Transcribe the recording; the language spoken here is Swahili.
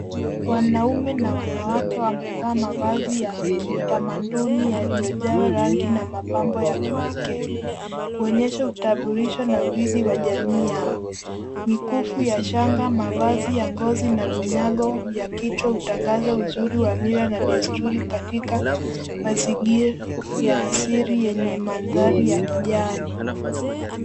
Wanaume na wanawake wamevaa mavazi ya kitamaduni yaliyojaa rangi na mapambo ya kipekee, kuonyesha utambulisho na uridhi wa jamii yao. Mikufu ya shanga, mavazi ya ngozi na vinyago vya kichwa hutangaza uzuri wa mila na desturi katika mazingira ya asili yenye mandhari ya kijani.